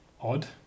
odd